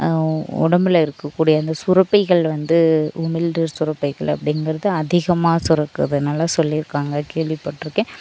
உடம்பில் இருக்கக்கூடிய அந்த ஸுரபிகள் வந்து உமிழ்நீர் சுரப்பைகள் அப்படிங்குறது அதிகமாக சுரக்கிறதுனாலா சொல்லிருக்காங்கள் கேள்விப்பட்டுருகேன்